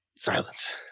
Silence